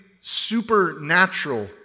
supernatural